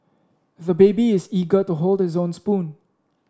the baby is eager to hold this own spoon